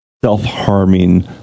self-harming